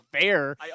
fair